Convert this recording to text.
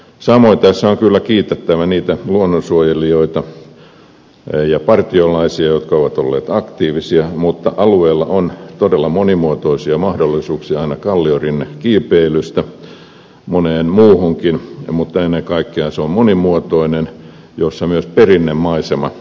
samoin tässä on kyllä kiitettävä niitä luonnonsuojelijoita ja partiolaisia jotka ovat olleet aktiivisia mutta alueella on todella monimuotoisia mahdollisuuksia aina kalliorinnekiipeilystä moneen muuhunkin mutta ennen kaikkea se on monimuotoinen ja siellä on myös perinnemaisemaa